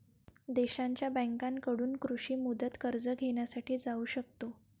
देशांच्या बँकांकडून कृषी मुदत कर्ज घेण्यासाठी जाऊ शकतो